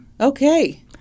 Okay